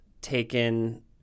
taken